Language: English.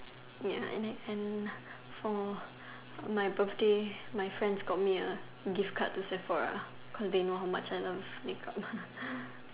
ya and I and for for my birthday my friends got me a gift card to Sephora cause they know how much I love makeup